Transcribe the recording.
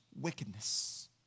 wickedness